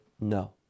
no